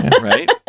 Right